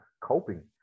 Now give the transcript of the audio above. coping